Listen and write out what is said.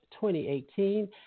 2018